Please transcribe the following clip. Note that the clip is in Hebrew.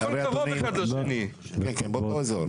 הכל קרוב אחד לשני, הכל